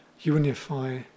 unify